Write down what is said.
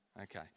okay